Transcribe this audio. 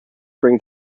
bring